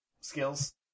skills